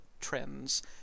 trends